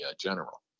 general